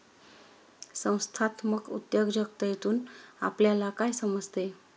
संस्थात्मक उद्योजकतेतून आपल्याला काय समजते?